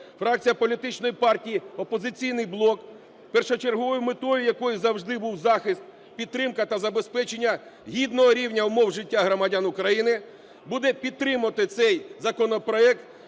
Фракція Політичної партії "Опозиційний блок", першочерговою метою якої завжди був захист, підтримка та забезпечення гідного рівня умов життя громадян України, буде підтримувати цей законопроект